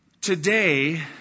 Today